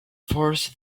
force